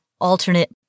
alternate